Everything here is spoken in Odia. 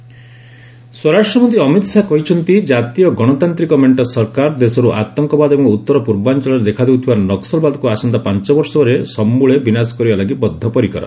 ଅମିତ ଶାହା ସ୍ୱରାଷ୍ଟ୍ରମନ୍ତ୍ରୀ ଅମିତ ଶାହା କହିଛନ୍ତି ଜାତୀୟ ଗଣତାନ୍ତିକ ମେଣ୍ଟ ସରକାର ଦେଶରୁ ଆତଙ୍କବାଦ ଏବଂ ଉତ୍ତର ପୂର୍ବାଞ୍ଚଳରେ ଦେଖାଦେଉଥିବା ନକ୍କଲବାଦକୁ ଆସନ୍ତା ପାଞ୍ଚ ବର୍ଷରେ ସମ୍ବଳେ ବିନାଶ କରିବା ଲାଗି ବଦ୍ଧପରିକର